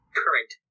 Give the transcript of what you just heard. current